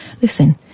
Listen